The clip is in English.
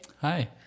Hi